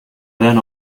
then